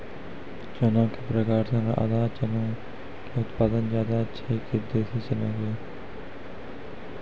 चना के प्रकार मे राधा चना के उत्पादन ज्यादा छै कि देसी चना के?